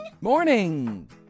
Morning